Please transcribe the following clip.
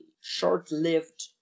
short-lived